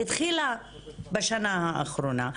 התחילה בשנה האחרונה,